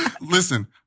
listen